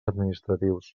administratius